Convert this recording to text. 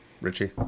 Richie